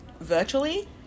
virtually